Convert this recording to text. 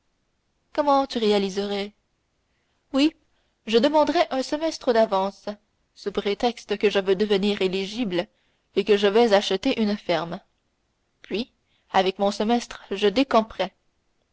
comment tu réaliserais oui je demanderais un semestre d'avance sous prétexte que je veux devenir éligible et que je vais acheter une ferme puis avec mon semestre je